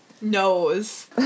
Nose